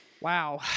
Wow